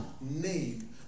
name